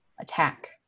Attack